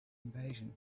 invasion